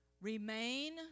remain